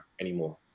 anymore